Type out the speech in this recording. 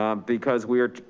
um because we are,